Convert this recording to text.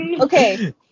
Okay